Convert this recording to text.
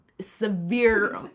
severe